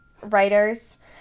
writers